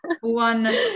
one